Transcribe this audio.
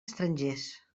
estrangers